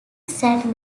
sat